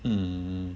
mm